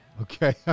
Okay